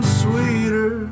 sweeter